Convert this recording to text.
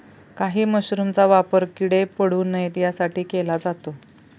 काही मशरूमचा वापर किडे पडू नये यासाठी केला जातो